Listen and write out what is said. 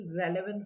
relevant